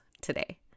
today